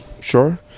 Sure